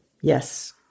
Yes